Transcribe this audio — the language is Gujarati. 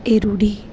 એ રૂઢી